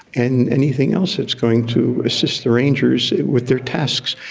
and anything else that's going to assist the rangers with their tasks,